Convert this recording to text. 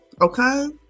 okay